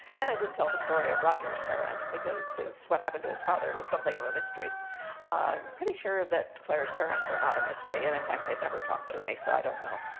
and i did tell the story of roger's parents because what happened to his father was something of a mystery. i'm pretty sure that claire's parents are not a mystery, and in fact they've never talked to me, so i don't know.